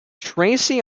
tracy